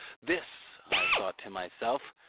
this, i thought to myself,